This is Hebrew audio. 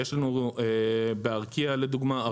יש לנו בארקיע לדוגמה,